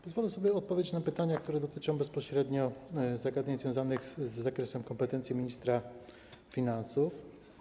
Pozwolę sobie odpowiedzieć na pytania, które dotyczą bezpośrednio zagadnień związanych z zakresem kompetencji ministra finansów.